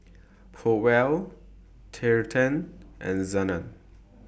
Powell Trenten and Zenas